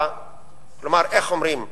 כלומר, איך אומרים,